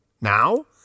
Now